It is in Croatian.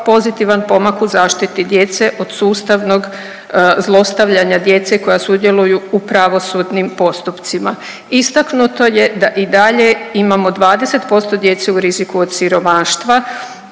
pozitivan pomak u zaštiti djece od sustavnog zlostavljanja djece koja sudjeluju u pravosudnim postupcima. Istaknuto je da i dalje imamo 20% djece u riziku od siromaštva